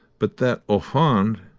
but that, au fond,